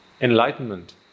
enlightenment